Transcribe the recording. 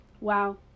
wow